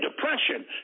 depression